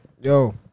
Yo